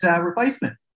replacement